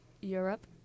Europe